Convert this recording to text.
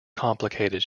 complicated